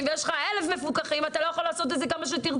ויש לך 1,000 מפוקחים אתה לא יכול לעשות את זה גם אם תרצה.